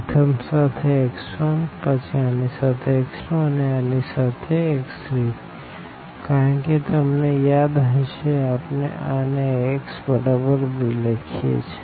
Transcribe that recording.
પ્રથમ સાથે x1પછી આની સાથે x2 અને આની સાથે x3કારણ કે તમને યાદ હશે આપણે આને Axબરાબર bલખીએ છે